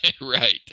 Right